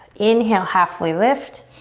inhale, halfway lift.